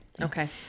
Okay